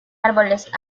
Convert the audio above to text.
árboles